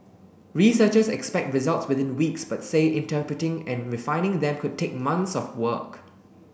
researchers expect results within weeks but say interpreting and refining them could take months of work